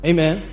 Amen